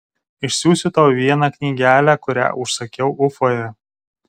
išsiųsiu tau vieną knygelę kurią užsakiau ufoje